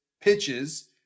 pitches